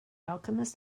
alchemist